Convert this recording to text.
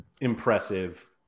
impressive